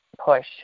push